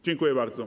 Dziękuję bardzo.